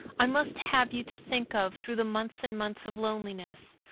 i must have you to think of through the months and months of loneliness.